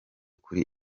kuri